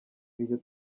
iryo